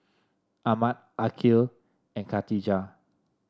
Ahmad Aqil and Khatijah